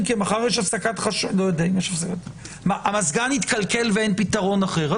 אם המזגן התקלקל ואין פתרון אחר,